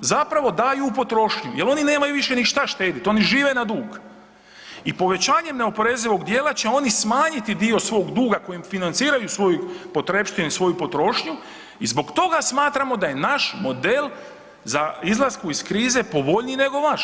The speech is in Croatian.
zapravo daju u potrošnju jer oni nemaju više ni šta štedjeti, oni žive na dug i povećanjem neoporezivog dijela će oni smanjiti dio svog duga kojim financiraju svoje potrepštine i svoju potrošnju i zbog toga smatramo da je naš model za izlasku iz krize povoljniji nego vaš.